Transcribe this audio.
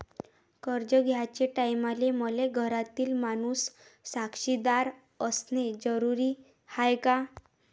कर्ज घ्याचे टायमाले मले घरातील माणूस साक्षीदार असणे जरुरी हाय का?